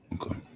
Okay